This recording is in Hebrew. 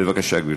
בבקשה, גברתי.